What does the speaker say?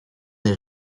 est